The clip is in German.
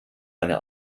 deine